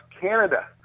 Canada